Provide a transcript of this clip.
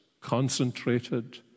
concentrated